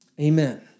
Amen